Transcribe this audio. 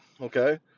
okay